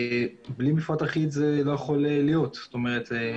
בלי מפרט אחיד זה לא יכול להיות, להבנתנו.